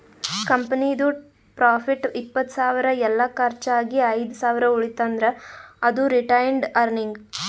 ಕಂಪನಿದು ಪ್ರಾಫಿಟ್ ಇಪ್ಪತ್ತ್ ಸಾವಿರ ಎಲ್ಲಾ ಕರ್ಚ್ ಆಗಿ ಐದ್ ಸಾವಿರ ಉಳಿತಂದ್ರ್ ಅದು ರಿಟೈನ್ಡ್ ಅರ್ನಿಂಗ್